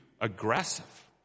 aggressive